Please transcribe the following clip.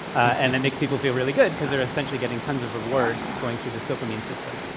and that makes people feel really good, because they're essentially getting tons of reward going through this dopamine system.